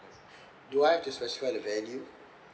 do I have to specify the value